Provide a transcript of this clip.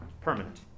permanent